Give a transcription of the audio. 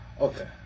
Okay